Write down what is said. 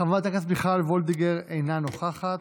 חברת הכנסת מיכל וולדיגר, אינה נוכחת.